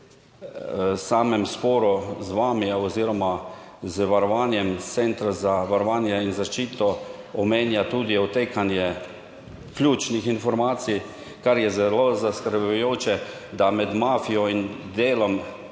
samem sporu z vami oziroma z varovanjem centra za varovanje in zaščito omenja tudi odtekanje ključnih informacij, kar je zelo zaskrbljujoče, da med mafijo in delom